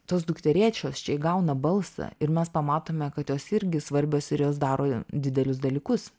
tos dukterėčios čia įgauna balsą ir mes pamatome kad jos irgi svarbios ir jos daro didelius dalykus